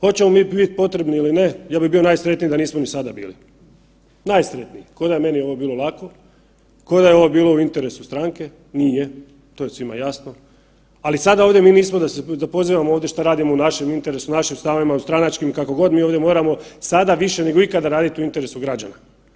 Hoćemo mi biti potrebni ili ne, ja bi bio najsretniji da nismo ni sada bili, najsretniji, ko da je meni ovo bilo lako, ko da je ovo bilo u interesu stranke, nije, to je svima jasno, ali sada ovdje mi nismo da pozivamo ovdje šta radimo u našem interesu, našim stavovima, u stranačkim kako god, mi ovdje moramo sada više nego ikada raditi u interesu građana.